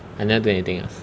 I never do anything else